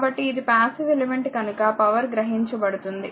కాబట్టి ఇది passive element కనుక పవర్ గ్రహించబడుతుంది